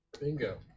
Bingo